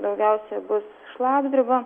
daugiausia bus šlapdriba